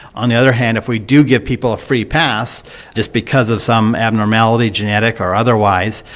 on the other hand if we do give people a free pass just because of some abnormality, genetic or otherwise,